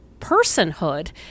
personhood